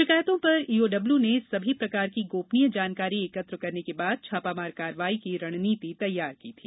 शिकायतों पर ईओडब्ल्यू ने सभी प्रकार की गोपनीय जानकारी एकत्र करने के बाद छापामार कार्रवाई की रणनीति तैयार की थी